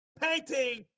painting